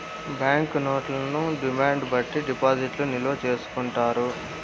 bank నోట్లను demand బట్టి డిపాజిట్లు నిల్వ చేసుకుంటారు